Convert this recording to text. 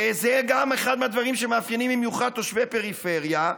שזה גם אחד מהדברים שמאפיינים במיוחד תושבי פריפריה,